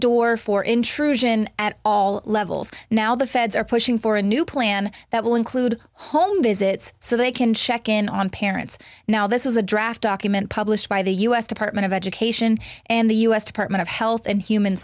door for intrusion at all levels now the feds are pushing for a new plan that will include home visits so they can check in on parents now this is a draft document published by the u s department of education and the u s department of health and human